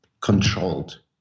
controlled